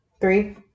Three